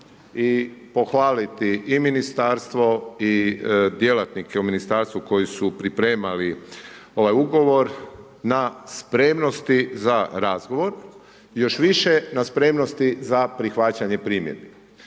i pohvaliti i ministarstvo i djelatnike u ministarstvu koji su pripremali ovaj ugovor na spremnosti za razgovor još više na spremnosti za prihvaćanje primjedbi.